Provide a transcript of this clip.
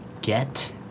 Get